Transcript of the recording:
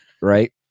Right